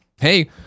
hey